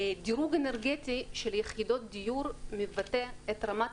דירוג אנרגטי של יחידות דיור מבטא את רמת